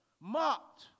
mocked